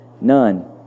None